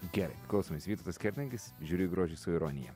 gerai klausomės vytautas kernagis žiūriu į grožį su ironija